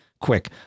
quick